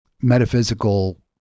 metaphysical